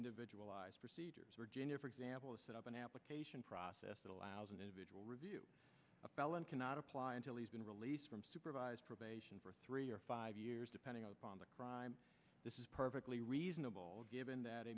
individualized for example is set up an application process that allows an individual review a felon cannot apply until he's been released from supervised probation for three or five years depending upon the crime this is perfectly reasonable given that